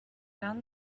down